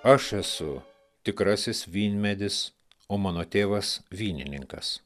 aš esu tikrasis vynmedis o mano tėvas vynininkas